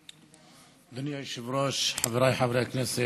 אדוני היושב-ראש, חבריי חברי הכנסת,